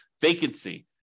vacancy